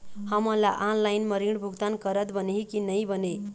हमन ला ऑनलाइन म ऋण भुगतान करत बनही की नई बने?